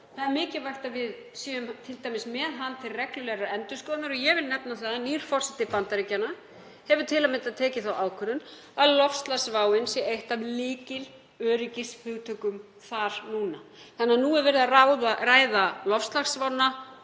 Það er mikilvægt að við séum með hann til reglulegrar endurskoðunar. Ég vil nefna að nýr forseti Bandaríkjanna hefur til að mynda tekið þá ákvörðun að loftslagsváin sé eitt af lykilöryggishugtökum þar núna, þannig að nú er verið að ræða loftslagsvána